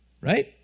Right